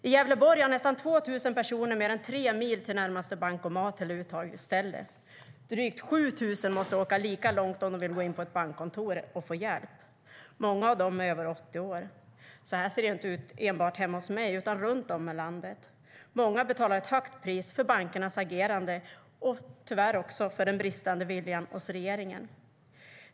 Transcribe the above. I Gävleborg har nästan 2 000 personer mer än tre mil till närmaste bankomat eller uttagsställe, och drygt 7 000 måste åka lika långt om de vill gå in på ett bankkontor och få hjälp. Många av dem är över 80 år. Så här ser det inte ut enbart hemma hos mig utan även runt om i landet. Många betalar ett högt pris för bankernas agerande och tyvärr också för den bristande viljan hos regeringen.